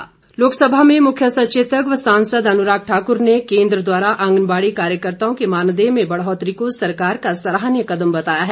अनुराग लोकसभा में मुख्य सचेतक व सांसद अनुराग ठाकुर ने केंद्र द्वारा आंगनबाड़ी कार्यकर्ताओं के मानदेय में बढ़ौतरी को सरकार का सराहनीय कदम बताया है